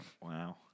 Wow